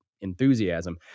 enthusiasm